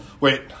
Wait